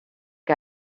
que